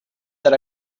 that